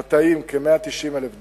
מטעים כ-190,000 דונם,